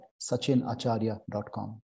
sachinacharya.com